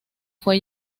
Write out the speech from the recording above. fue